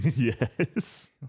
yes